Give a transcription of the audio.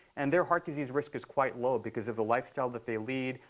and their heart disease risk is quite low because of the lifestyle that they lead.